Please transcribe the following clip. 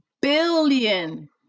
billion